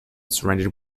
surrendered